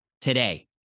today